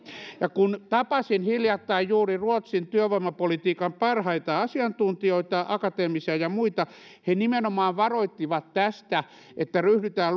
ja kun tapasin hiljattain juuri ruotsin työvoimapolitiikan parhaita asiantuntijoita akateemisia ja muita he nimenomaan varoittivat tästä että ryhdytään